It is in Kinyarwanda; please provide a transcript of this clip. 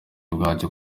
bwacyo